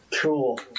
Cool